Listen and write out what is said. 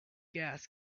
gas